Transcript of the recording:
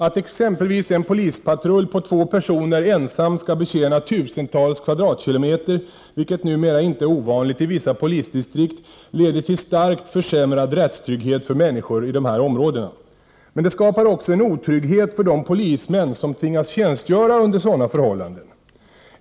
Att exempelvis en polispatrull på två personer ensam skall betjäna tusentals kvadratkilometer, vilket numera inte är ovanligt i vissa polisdistrikt, leder till starkt försämrad rättstrygghet för människor i dessa områden. Men det skapar också en otrygghet för de polismän som tvingas tjänstgöra under sådana förhållanden.